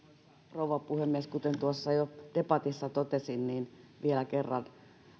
rouva puhemies kuten jo debatissa totesin niin vielä kerran